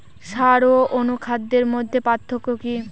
সার ও অনুখাদ্যের মধ্যে পার্থক্য কি?